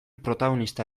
protagonista